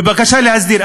ובבקשה להסדיר.